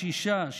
שישה,